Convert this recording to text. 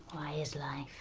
why is life.